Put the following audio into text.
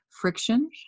friction